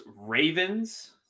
Ravens